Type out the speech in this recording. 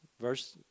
verse